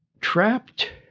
trapped